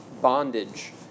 bondage